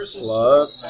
plus